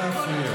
יש לי שאלה.